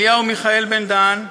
אליהו מיכאל בן-דהן,